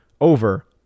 over